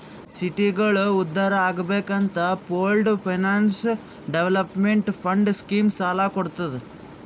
ಸಿಟಿಗೋಳ ಉದ್ಧಾರ್ ಆಗ್ಬೇಕ್ ಅಂತ pooled finance development fund scheme ಸಾಲ ಕೊಡ್ತುದ್